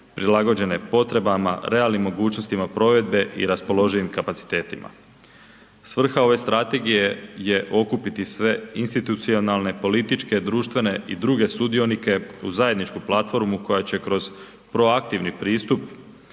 prilagođene potrebama, realnim mogućnostima provedbe i raspoloživim kapacitetima. Svrha ove Strategije je okupiti sve institucionalne, političke, društvene i druge sudionike u zajedničku platformu koja će kroz proaktivni pristup,